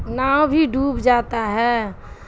نا بھی ڈوب جاتا ہے